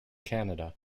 canada